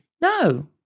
No